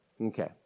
Okay